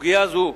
סוגיה זו,